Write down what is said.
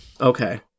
Okay